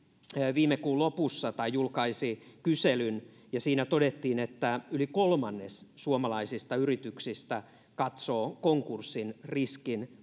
viime kuun lopussa julkaisi kyselyn ja siinä todettiin että yli kolmannes suomalaisista yrityksistä katsoo konkurssin riskin